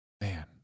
Man